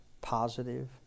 positive